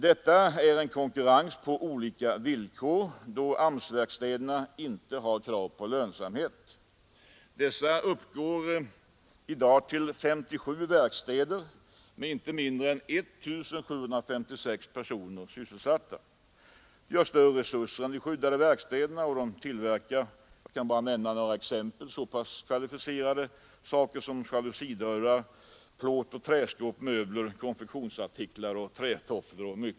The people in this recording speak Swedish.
Detta är en konkurrens på olika villkor, då AMS-verkstäderna inte har krav på lönsamhet. Det finns i dag 57 sådana verkstäder med inte mindre än 1 756 personer sysselsatta. De har större resurser än de skyddade verkstäderna och tillverkar, för att nämna några exempel, så pass kvalificerade saker som jalusidörrar, plåtoch träskåp, möbler, konfektionsartiklar och trätofflor.